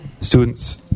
students